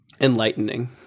enlightening